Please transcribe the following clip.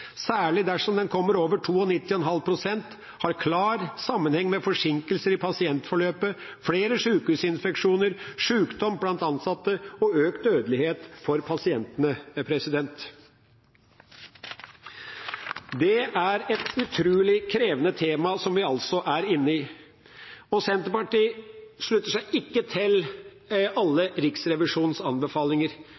særlig dersom den kommer over 92,5 pst., har klar sammenheng med forsinkelser i pasientforløpet, flere sykehusinfeksjoner, sykdom blant ansatte og økt dødelighet for pasientene. Det er et utrolig krevende tema vi altså er inne i. Senterpartiet slutter seg ikke til alle